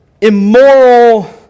immoral